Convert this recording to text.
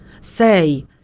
Say